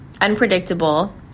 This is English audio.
Unpredictable